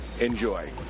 enjoy